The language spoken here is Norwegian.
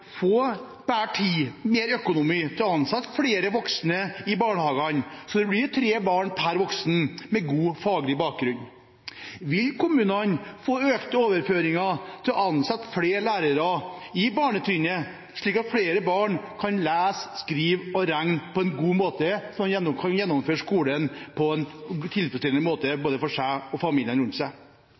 få bedre tid og mer økonomi til å ansette flere voksne i barnehagene, så det blir tre barn per voksen med god faglig bakgrunn? Vil kommunene få økte overføringer til å ansette flere lærere på barnetrinnet, slik at flere barn kan lese, skrive og regne på en god måte og gjennomføre skolen på en tilfredsstillende måte både for seg og